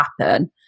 happen